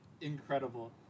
incredible